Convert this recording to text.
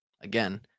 again